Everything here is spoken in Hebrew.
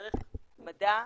דרך מדע,